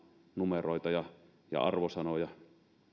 numeroita ja ja arvosanoja